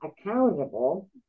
accountable